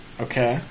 Okay